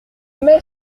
mets